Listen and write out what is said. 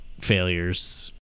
failures